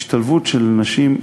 השתלבות של נשים,